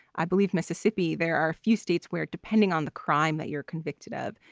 i believe mississippi, there are a few states where depending on the crime that you're convicted of.